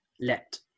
let